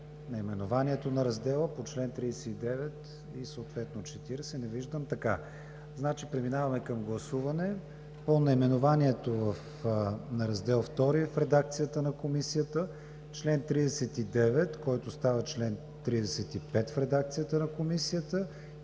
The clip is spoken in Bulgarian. наименованието на Раздела, по чл. 39 и съответно чл. 40? Не виждам. Преминаваме към гласуване по наименованието на Раздел II, в редакцията на Комисията, чл. 39, който става чл. 35 в редакцията на Комисията, и за